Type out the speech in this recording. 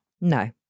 No